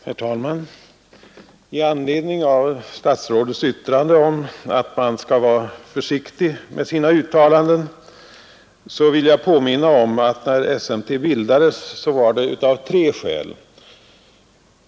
Herr talman! I anledning av statsrådets yttrande att man skall vara försiktig med sina uttalanden vill jag påminna om att SMT bildades av tre skäl.